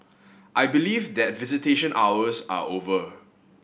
I believe that visitation hours are over